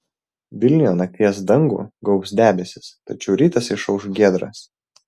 vilniuje nakties dangų gaubs debesys tačiau rytas išauš giedras